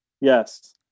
Yes